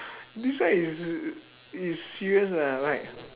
this one is is serious leh right